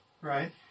Right